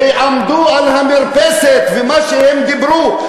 ועמדו על המרפסת ומה שהם דיברו,